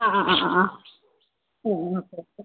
ആ ഓക്കേ